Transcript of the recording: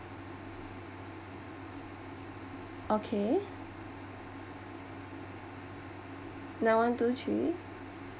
okay nine one two three